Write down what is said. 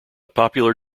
popular